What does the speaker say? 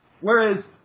Whereas